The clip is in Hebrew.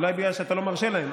אולי בגלל שאתה לא מרשה להם.